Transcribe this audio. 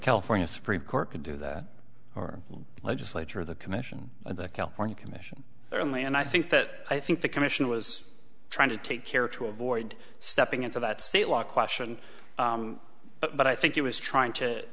california supreme court could do that or legislature the commission and the california commission certainly and i think that i think the commission was trying to take care to avoid stepping into that state law question but i think he was trying to